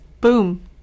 Boom